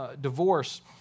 Divorce